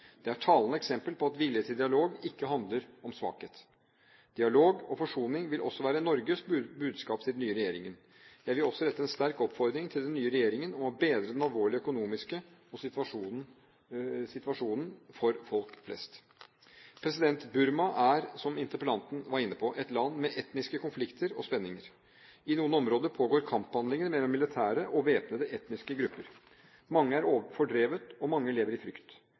Det er et talende eksempel på at vilje til dialog ikke handler om svakhet. Dialog og forsoning vil også være Norges budskap til den nye regjeringen. Jeg vil også rette en sterk oppfordring til den nye regjeringen om å bedre den alvorlige økonomiske situasjonen for folk flest. Burma er – som interpellanten var inne på – et land med etniske konflikter og spenninger. I noen områder pågår kamphandlinger mellom militæret og væpnede etniske grupper. Mange er fordrevet og mange lever i frykt.